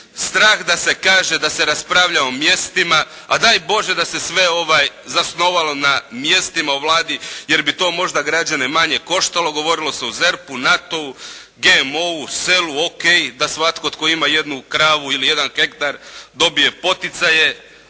strah da se kaže da se raspravlja o mjestima, a daj Bože da se sve zasnovalo na mjestima u Vladi jer bi to možda građane manje koštalo, govorilo se o ZERP-u, NATO-u, GMO-u, selu o.k. da svatko tko ima jednu kravu ili jedan hektar dobije poticaje,